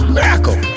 Miracle